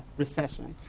recession,